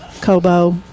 Kobo